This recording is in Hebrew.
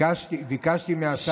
ברוך השם.